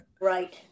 right